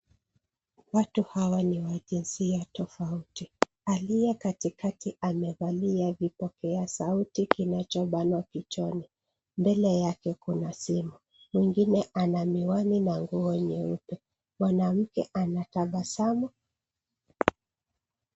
Watu hawa ni wa jinsia tofauti. Aliye katikati amevalia vipokea sauti kinachobanwa kichwani. Mbele yake kuna simu. Mwingine ana miwani na nguo nyeupe. Mwanamke anatabasamu.